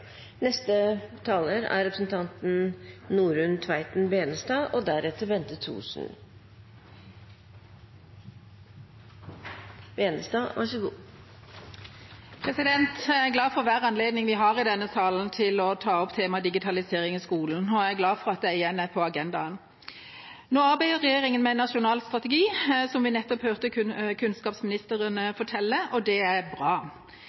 glad for hver anledning vi har i denne salen til å ta opp temaet digitalisering i skolen, og nå er jeg glad for at det igjen er på agendaen. Nå arbeider regjeringa med en nasjonal strategi, som vi nettopp hørte kunnskapsministeren fortelle, og det er bra.